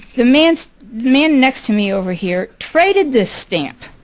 the man so man next to me, over here, traded this stamp